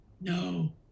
No